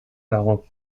dago